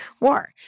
war